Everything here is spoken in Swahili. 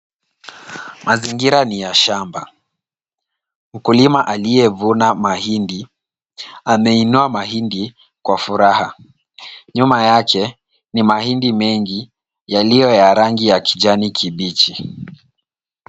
Mazingira ni ya samba. Mkulima aliyevuna mahindi ameinua mahindi kwa furaha. Nyuma yake ni mahindi mengi yaliyo ya rangi ya kijani kibichi.